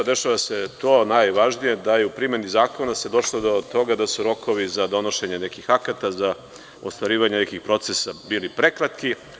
Dešava se to da se u primeni zakona došlo do toga da su rokovi za donošenje nekih akata za ostvarivanje nekih procesa bili prekratki.